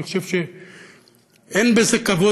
אני חושב שאין בזה כבוד,